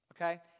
Okay